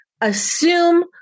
assume